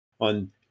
on